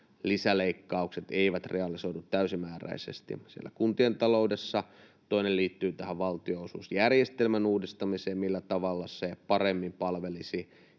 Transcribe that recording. lisäleikkaukset eivät realisoidu täysimääräisesti siellä kuntien taloudessa. Toinen liittyy tähän valtionosuusjärjestelmän uudistamiseen niin, että se paremmin palvelisi